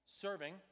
serving